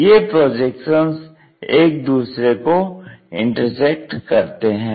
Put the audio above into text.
ये प्रोजेक्शंस एक दूसरे को इंटरसेक्ट करते हैं